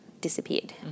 disappeared